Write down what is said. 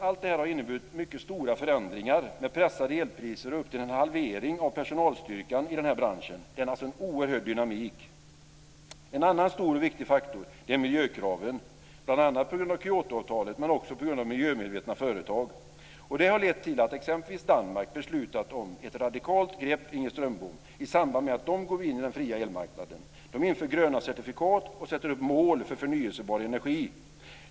Allt det här har inneburit mycket stora förändringar med pressade elpriser och upp till en halvering av personalstyrkan i den här branschen. Det är alltså en oerhörd dynamik. En annan stor och viktig faktor är miljökraven, bl.a. på grund av Kyotoavtalet, men också på grund av miljömedvetna företag. Det har lett till att exempelvis Danmark beslutat om ett radikalt grepp, Inger Strömbom, i samband med att de går in i den fria elmarknaden. De inför gröna certifikat och sätter upp mål för förnyelsebar energi.